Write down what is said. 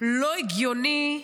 לא הגיוני,